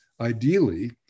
ideally